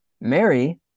Mary